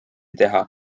teha